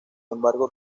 embargo